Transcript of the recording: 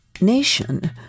nation